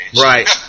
Right